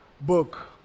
book